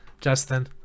Justin